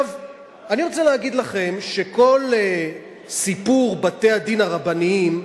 אני רוצה להגיד לכם שכל סיפור בתי-הדין הרבניים,